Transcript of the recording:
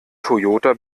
toyota